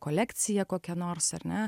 kolekcija kokia nors ar ne